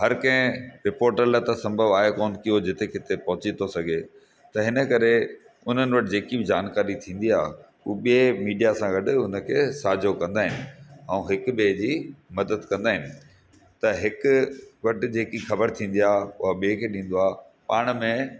हर कंहिं रिपोटर लाइ त संभव आहे कोन के हुओ जिते किथे पहुची थो सघे त हिन करे हुननि वटि जेकी बि जानकारी थींदी आहे उहा ॿिए मीडिया सां गॾु उन खे साजो कंदा आहिनि ऐं हिक ॿिए जी मदद कंदा आहिनि त हिकु वटि जेकी ख़बर थींदी आ उहा ॿिए खे ॾींदो आहे पाण में